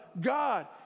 God